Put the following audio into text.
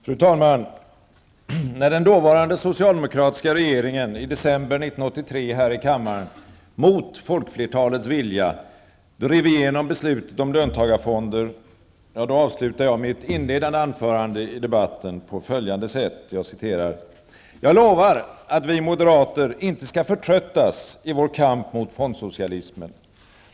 Fru talman! När den dåvarande socialdemokratiska regeringen i december 1983 här i kammaren -- mot folkflertalets vilja -- drev igenom beslutet om löntagarfonder, avslutade jag mitt inledande anförande i debatten på följande sätt: ''Jag lovar att vi moderater inte skall förtröttas i vår kamp mot fondsocialismen.